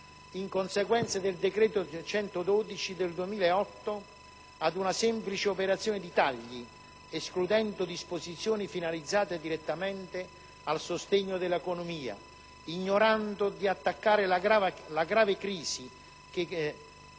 in conseguenza del decreto n. 112 del 2008, ad una semplice operazione di tagli, escludendo disposizioni finalizzate direttamente al sostegno dell'economia e ignorando la necessità di attaccare la grave crisi con giuste